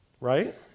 Right